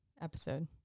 episode